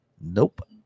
Nope